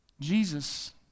Jesus